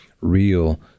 real